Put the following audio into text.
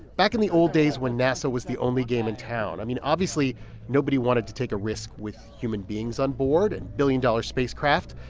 back in the old days, when nasa was the only game in town, i mean, obviously nobody wanted to take a risk with human beings onboard a and billion-dollar spacecraft.